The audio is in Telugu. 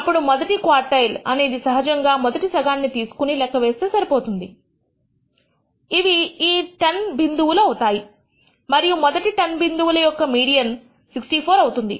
అప్పుడు మొదటి క్వోర్టైల్ అనేది సహజంగా మొదటి సగాన్ని తీసుకుని లెక్క వేస్తే సరిపోతుంది ఇవి ఈ 10 బిందువులు అవుతాయి మరియు మొదటి 10 బిందువుల యొక్క మీడియన్ ను 64 అవుతుంది